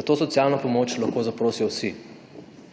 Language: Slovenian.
Za to socialno pomoč lahko zaprosijo vsi,